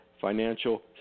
financial